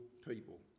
people